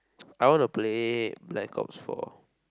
I wanna play Blackouts four